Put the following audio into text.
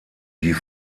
die